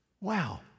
Wow